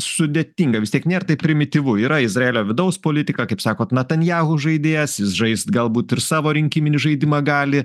sudėtinga vis tiek nėr taip primityvu yra izraelia vidaus politika kaip sakot natanjahu žaidėjas jis žaist galbūt ir savo rinkiminį žaidimą gali